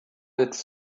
its